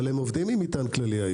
אבל היום הם עובדים עם מטען כללי.